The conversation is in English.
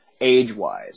age-wise